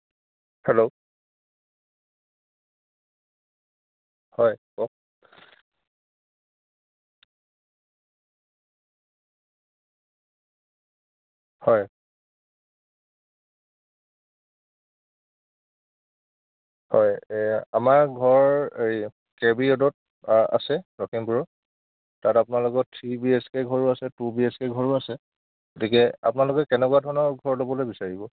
hello হয় কওক হয় হয় এই আমাৰ ঘৰ এই কে বি ৰোডত আছে লখিমপুৰৰ তাত আপোনালোকে থ্ৰী বি এইচ কে ঘৰো আছে টু বি এইচ কে ঘৰো আছে গতিকে আপোনালোকে কেনেকুৱা ধৰণৰ ঘৰ ল'বলৈ বিচাৰিব